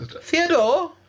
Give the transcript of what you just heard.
Theodore